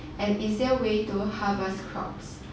an easier way to harvest crops